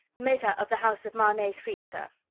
meta of the house of marnay three, sir.